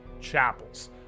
chapels